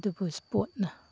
ꯑꯗꯨꯕꯨ ꯏꯁꯄꯣꯔꯠꯅ